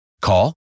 Call